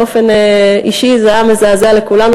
באופן אישי זה היה מזעזע לכולנו,